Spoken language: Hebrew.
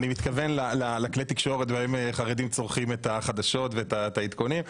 אני מתכוון לכלי התקשורת בהם החרדים צורכים את החדשות ואת העדכונים,